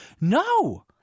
No